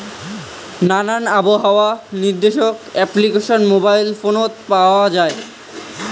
নানান আবহাওয়া নির্দেশক অ্যাপ্লিকেশন মোবাইল ফোনত পাওয়া যায়